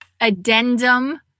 addendum